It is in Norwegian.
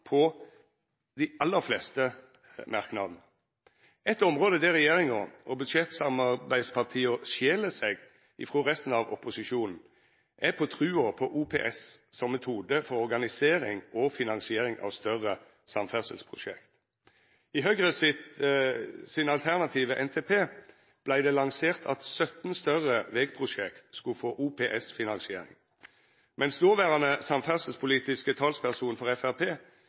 om dei aller fleste merknadene. Eit område der regjeringa og budsjettsamarbeidspartia skil seg frå resten av opposisjonen, er i trua på OPS som metode for organisering og finansiering av større samferdselsprosjekt. I Høgre sin alternative NTP vart det lansert at 17 større vegprosjekt skulle få OPS-finansiering, medan dåverande samferdselspolitiske talsperson for